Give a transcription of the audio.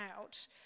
out